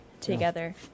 together